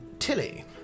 Tilly